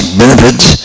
benefits